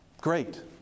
Great